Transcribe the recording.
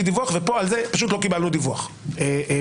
דיווח על זה פשוט לא קיבלנו דיווח בכלל.